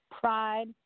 pride